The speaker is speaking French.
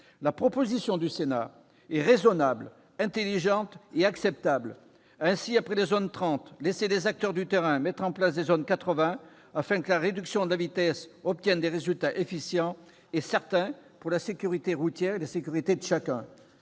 La proposition du Sénat est raisonnable, intelligente et acceptable. Après les zones 30, laissez les acteurs du terrain mettre en place les zones 80, afin que la réduction de la vitesse obtienne des résultats efficients et certains pour la sécurité routière et la sécurité de chacun.